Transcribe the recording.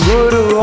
Guru